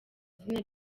izina